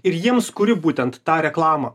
ir jiems kuri būtent tą reklamą